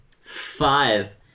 Five